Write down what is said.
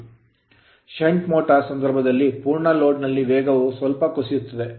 Shunt motor shunt motor ನ ಸಂದರ್ಭದಲ್ಲಿ ಪೂರ್ಣ load ಲೋಡ್ ನಲ್ಲಿ ವೇಗವು ಸ್ವಲ್ಪ ಕುಸಿಯುತ್ತದೆ